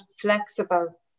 flexible